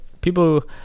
people